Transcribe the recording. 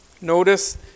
Notice